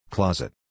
Closet